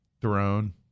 throne